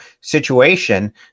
situation